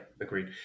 agreed